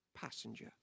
passenger